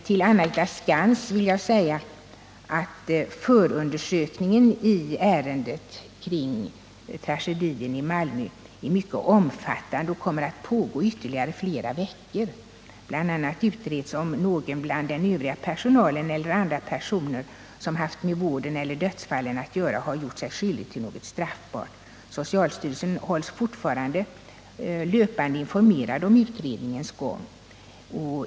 Till Anna-Greta Skantz vill jag säga att förundersökningen i ärendet kring tragedin i Malmö är mycket omfattande och kommer att pågå flera veckor. Bl. a. utreds om någon bland den övriga personalen eller andra personer som haft med vården eller dödsfallen att göra har gjort sig skyldig till något straffbart. Socialstyrelsen hålls fortlöpande orienterad om utredningens gång.